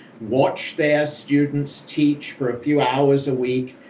watch their students teach for a few hours a week,